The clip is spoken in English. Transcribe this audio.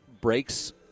breaks